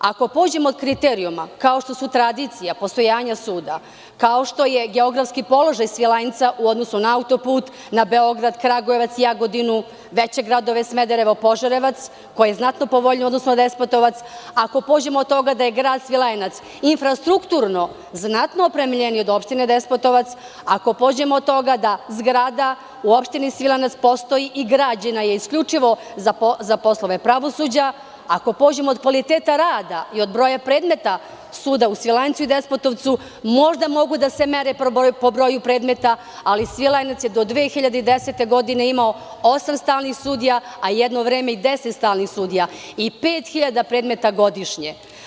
Ako pođemo od kriterijuma kao što su tradicija, postojanje suda, kao što je geografski položaj Svilajnca u odnosu na autoput, na Beograd, Kragujevac, Jagodinu, da će gradove Smedereva, Požarevac, koji je znatno povoljniji u odnosu na Despotovac, ako pođemo od toga da je grad Svilajnac infrastrukturno znatno opremljeniji od opštine Despotovac, ako pođemo od toga da zgrada u opštini Svilajanac postoji i građena je isključivo za poslove pravosuđa, ako pođemo od kvaliteta rada i od broja predmeta suda u Svilajncu i Despotovcu, možda mogu da se mere po broju predmeta, ali Svilajnac je do 2010. godine imao osam stalnih sudija a jedno vreme i deset stalnih sudija i 5.000 predmeta godišnje.